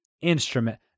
instrument